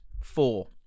four